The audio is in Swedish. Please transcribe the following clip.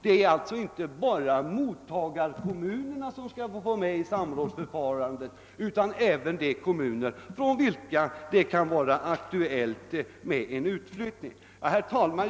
Det är alltså inte bara mottagarkommunerna som skall få vara med i samrådsförfarandet utan även de kommuner för vilka det kan vara aktuellt med en utflyttning. Herr talman!